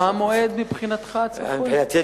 מה המועד הצפוי מבחינתך?